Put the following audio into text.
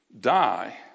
die